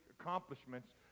accomplishments